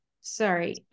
sorry